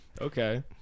Okay